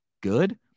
good